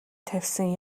тавьсан